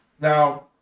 Now